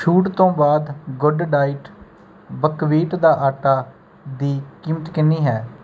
ਛੂਟ ਤੋਂ ਬਾਅਦ ਗੁੱਡਡਾਇਟ ਬਕਵੀਟ ਦਾ ਆਟਾ ਦੀ ਕੀਮਤ ਕਿੰਨੀ ਹੈ